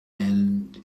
and